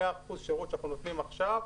100 אחוזי שירות שאנחנו נותנים עכשיו,